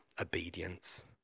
obedience